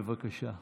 בבקשה.